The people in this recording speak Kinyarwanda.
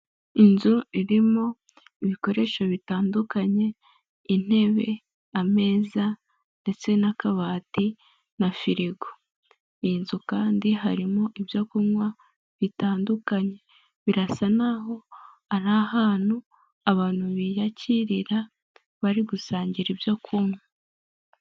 Inzu irimo ibikoresho bitandukanye intebe, ameza ndetse n'akabati na firigo, iyi nzu kandi harimo ibyo kunywa bitandukanye, birasa n'aho ari ahantu abantu biyakirira bari gusangira ibyo kunywa.